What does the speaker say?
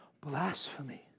blasphemy